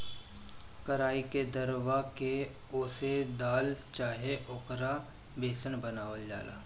कराई के दरवा के ओसे दाल चाहे ओकर बेसन बनावल जाला